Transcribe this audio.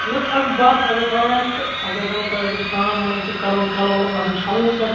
نہ اگر باسان اگر باسان چھُ تہٕ اگر بہٕ ونہو تۄہہِ آسوٕ سرٛان وان آسوٕ کَرُن کَلہٕ وَلہٕ آسہِ چھَلنُے تۄہہِ